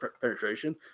penetration